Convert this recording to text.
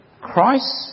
Christ